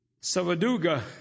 Savaduga